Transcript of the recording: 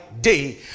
day